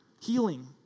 healing